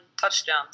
touchdown